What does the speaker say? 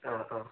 ആ ആ